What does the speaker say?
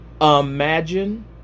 Imagine